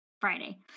Friday